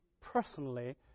personally